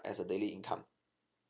as a daily income